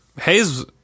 Hayes